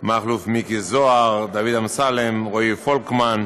מכלוף מיקי זוהר, דוד אמסלם, רועי פולקמן,